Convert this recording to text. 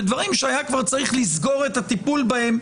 ודברים שהיה כבר צריך לסגור את הטיפול בהם,